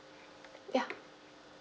ya